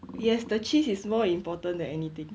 yes the cheese is more important than anything